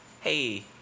Hey